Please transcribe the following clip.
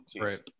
right